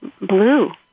blue